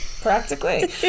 practically